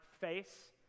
face